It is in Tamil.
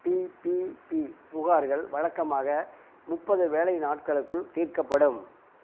பிபிபி புகார்கள் வழக்கமாக முப்பது வேலை நாட்களுக்குள் தீர்க்கப்படும்